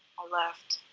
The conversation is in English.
ah left.